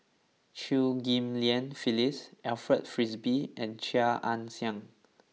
Chew Ghim Lian Phyllis Alfred Frisby and Chia Ann Siang